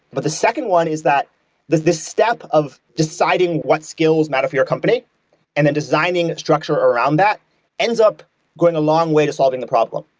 but the second one is that this this step of deciding what skills matter for your company and then designing a structure around that ends up going a long way to solving the problem.